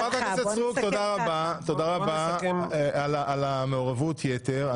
חברת הכנסת סטרוק, תודה רבה על מעורבות היתר.